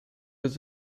does